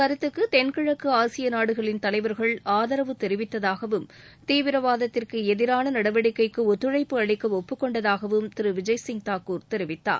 கருத்துக்கு தென்கிழக்கு ஆசிய நாடுகளின் தலைவர்கள் ஆதரவு தெரிவித்ததாகவும் இந்த தீவிரவாதத்திற்கு எதிரான நடவடிக்கைக்கு ஒத்துழைப்பு அளிக்க ஒப்புக்கொண்டதாகவும் திரு விஜய்சிங் தாக்கூர் கூறினார்